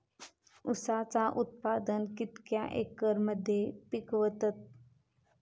ऊसाचा उत्पादन कितक्या एकर मध्ये पिकवतत?